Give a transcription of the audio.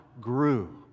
grew